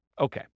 Okay